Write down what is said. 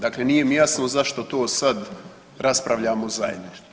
Dakle nije mi jasno zašto to sad raspravljamo zajedno.